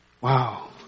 Wow